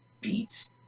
beats